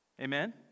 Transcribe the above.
Amen